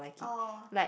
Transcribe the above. oh